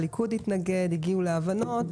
הליכוד התנגד, אבל הגיעו להבנות.